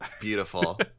beautiful